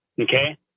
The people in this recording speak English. okay